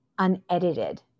unedited